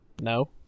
No